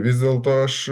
vis dėlto aš